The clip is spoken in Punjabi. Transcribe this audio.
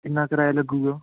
ਕਿੰਨਾਂ ਕਿਰਾਇਆ ਲੱਗੇਗਾ